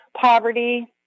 poverty